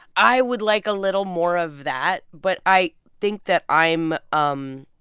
i would like a little more of that. but i think that i'm um